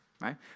right